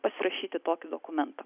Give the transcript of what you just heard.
pasirašyti tokį dokumentą